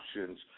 options